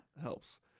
helps